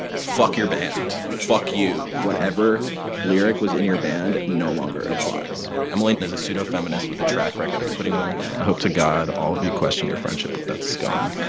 fuck your band. fuck you. whatever lyric was in your band no longer applies. emily and is a pseudo-feminist with a track record of putting women down. i hope to god all of you question your friendship with that scum